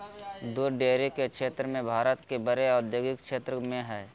दूध डेरी के क्षेत्र भारत के बड़े औद्योगिक क्षेत्रों में हइ